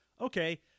okay